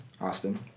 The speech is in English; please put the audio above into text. Austin